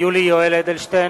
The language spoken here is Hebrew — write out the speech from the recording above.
יולי יואל אדלשטיין,